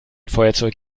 feuerzeug